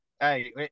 Hey